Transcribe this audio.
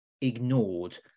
ignored